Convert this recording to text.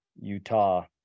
Utah